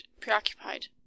preoccupied